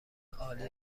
عالی